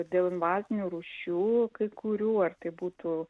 dėl invazinių rūšių kai kurių ar tai būtų